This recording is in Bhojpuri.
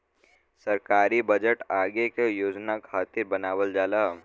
सरकारी बजट आगे के योजना खातिर बनावल जाला